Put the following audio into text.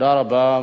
תודה רבה.